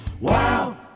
wow